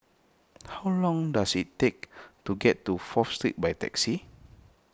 how long does it take to get to Fourth Street by taxi